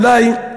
אולי,